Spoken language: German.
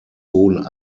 hohen